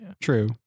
True